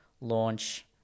launch